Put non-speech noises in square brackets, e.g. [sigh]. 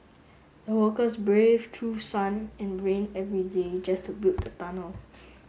the workers braved through sun and rain every day just to build the tunnel [noise]